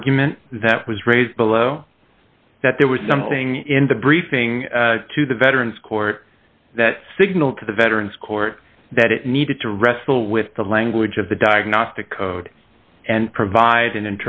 argument that was raised below that there was something in the briefing to the veterans court that signal to the veterans court that it needed to wrestle with the language of the diagnostic code and provid